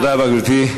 תודה רבה, גברתי.